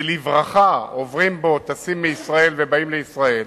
שלברכה עוברים בו, טסים מישראל ובאים לישראל.